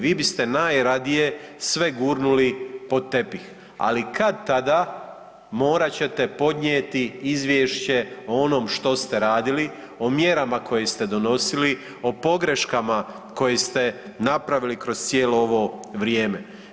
Vi bi biste najradije sve gurnuli pod tepih, ali kad tada morat ćete podnijeti izvješće o onom što ste radili, o mjerama koje ste donosili, o pogreškama koje ste napravili kroz cijelo ovo vrijeme.